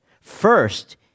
First